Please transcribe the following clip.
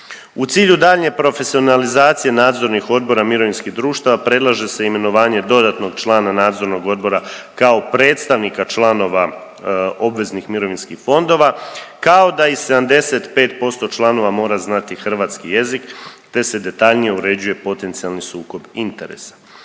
U cilju daljnje profesionalizacije nadzornih odbora mirovinskih društava predlaže se imenovanje dodatnog člana nadzornog odbora kao predstavnika članova obveznih mirovinskih fondova kao da i 75% članova mora znati hrvatski jezik te se detaljnije uređuje potencijalni sukob interesa.